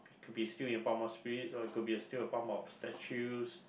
could be still in a form of spirits or it could be a still a form of statues